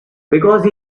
because